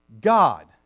God